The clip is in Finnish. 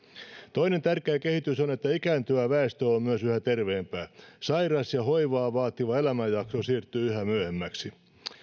toinen tärkeä kehitys on että ikääntyvä väestö on myös yhä terveempää sairas ja hoivaa vaativa elämänjakso siirtyy yhä myöhemmäksi